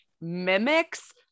mimics